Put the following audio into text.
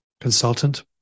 consultant